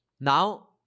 Now